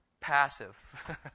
passive